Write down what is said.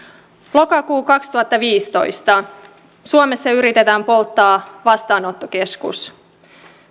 lokakuu kaksituhattaviisitoista suomessa yritetään polttaa vastaanottokeskus